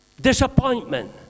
Disappointment